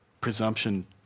presumption